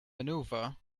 maneuver